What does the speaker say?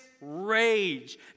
rage